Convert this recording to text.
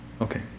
Okay